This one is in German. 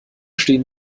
stehen